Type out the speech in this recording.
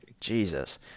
Jesus